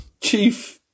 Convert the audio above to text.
chief